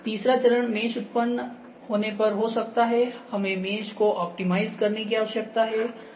तीसरा चरण मेश उत्पन्न होने पर हो सकता है हमें मेश को ऑप्टिमाइज़ करने की आवश्यकता है